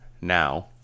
now